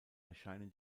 erscheinen